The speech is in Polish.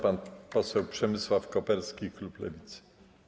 Pan poseł Przemysław Koperski, klub Lewicy.